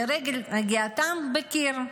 לרגל נגיעתם בקיר.